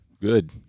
Good